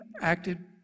acted